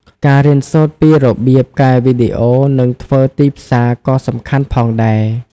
ការរៀនសូត្រពីរបៀបកែវីដេអូនិងធ្វើទីផ្សារក៏សំខាន់ផងដែរ។